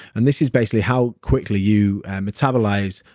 and this is basically how quickly you metabolize.